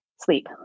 sleep